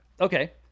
Okay